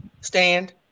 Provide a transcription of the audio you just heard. stand